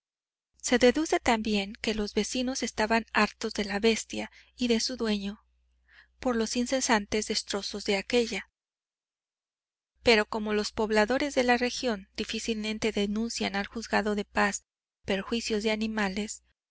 se deduce también que los vecinos estaban hartos de la bestia y de su dueño por los incesantes destrozos de aquella pero como los pobladores de la región difícilmente denuncian al juzgado de paz perjuicios de animales